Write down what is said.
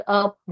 up